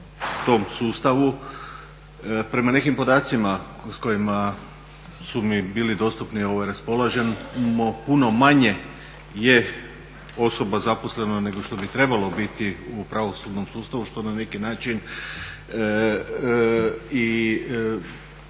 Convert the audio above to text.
tom sustavu. Prema nekim podacima s kojima su mi bili dostupni, raspolažemo, puno manje je osoba zaposleno nego što bi ih trebalo biti u pravosudnom sustavu što na neki način